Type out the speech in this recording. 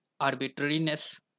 arbitrariness